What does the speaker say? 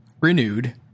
renewed